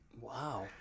Wow